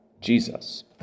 Jesus